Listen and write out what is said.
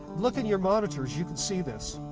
look in your monitors you can see this.